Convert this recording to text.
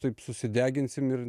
taip susideginsim ir